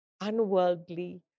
unworldly